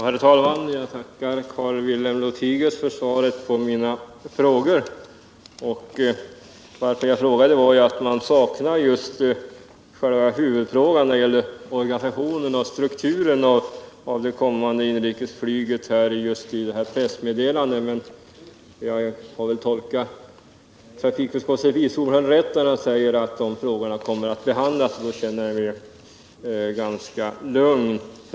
Herr talman! Jag tackar Carl-Wilhelm Lothigius för svaret på mina frågor. Att jag frågade berodde på att man i det här pressmeddelandet saknar uppgifter om själva huvudfrågan, nämligen om organisationen och strukturen av det kommande inrikesflyget. Jag hoppas att jag tolkat trafikutskottets vice ordförande rätt när jag fått uppfattningen att han sagt att dessa frågor kommer att behandlas. Därmed känner jag mig ganska lugn.